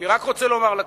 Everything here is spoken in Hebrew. אני רק רוצה לומר לכנסת,